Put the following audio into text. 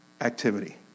activity